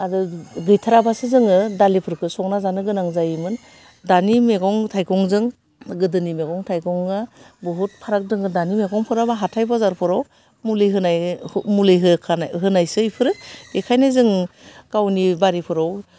आरो गैथाराबासो जोङो दालिफोरखो संना जानो गोनां जायोमोन दानि मेगं थाइगंजों गोदोनि मैगं थाइगङा बुहुत फाराग दङो दानि मैगंफोराबो हाथाइ बाजारफोराव मुलि होनाय मुलि होखानाय होनायसो इफोरो एखायनो जों गावनि बारिफोराव